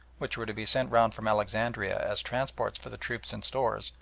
which were to be sent round from alexandria as transports for the troops and stores,